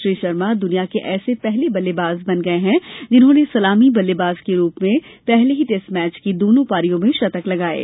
श्री शर्मा दुनिया के एसे पहले बल्लेबाज बन गये हैं जिन्होंने सलामी बल्लेबाज के रूप में पहले ही टेस्ट मैच की दोनों पारियों में शतक लगाये